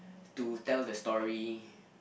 to tell the story